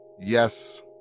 Yes